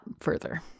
further